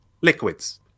liquids